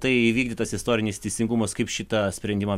tai įvykdytas istorinis teisingumas kaip šitą sprendimą